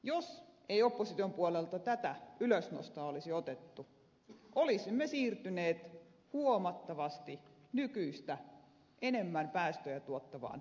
jos ei opposition puolelta tätä ylösnostoa olisi otettu olisimme siirtyneet huomattavasti nykyistä enemmän päästöjä tuottavaan energiaverouudistukseen